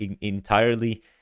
entirely